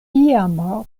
iama